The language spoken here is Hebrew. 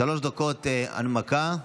שלוש דקות הנמקה.